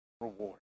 reward